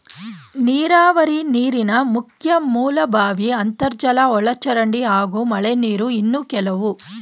ನೀರಾವರಿ ನೀರಿನ ಮುಖ್ಯ ಮೂಲ ಬಾವಿ ಅಂತರ್ಜಲ ಒಳಚರಂಡಿ ಹಾಗೂ ಮಳೆನೀರು ಇನ್ನು ಕೆಲವು